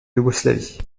yougoslavie